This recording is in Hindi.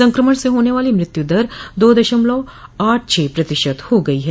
संक्रमण से होने वाली मृत्यु दर दो दशमलव आठ छह प्रतिशत हो गई है